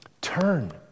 Turn